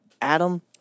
Adam